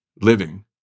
living